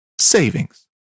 savings